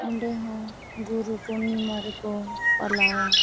ᱚᱸᱰᱮ ᱦᱚᱸ ᱜᱩᱨᱩ ᱯᱩᱨᱱᱤᱢᱟ ᱨᱮᱠᱚ ᱯᱟᱞᱟᱣᱟ